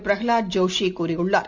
Pralhad ஜோஷிகூறியுள்ளார்